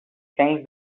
things